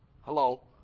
Hello